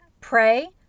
Pray